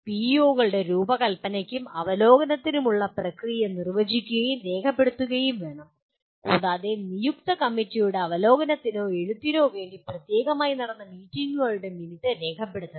പിഇഒകളുടെ രൂപകൽപ്പനയ്ക്കും അവലോകനത്തിനുമുള്ള പ്രക്രിയ നിർവ്വചിക്കുകയും രേഖപ്പെടുത്തുകയും വേണം കൂടാതെ നിയുക്ത കമ്മിറ്റിയുടെ അവലോകനത്തിനോ എഴുത്തിനോ വേണ്ടി പ്രത്യേകമായി നടന്ന മീറ്റിംഗുകളുടെ മിനിറ്റ് രേഖപ്പെടുത്തണം